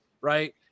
right